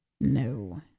no